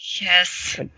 Yes